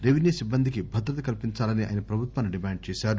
revenue సిబ్బందికి భద్రత కల్పించాలని ఆయన ప్రభుత్వాన్ని డిమాండ్ చేశారు